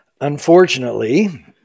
Unfortunately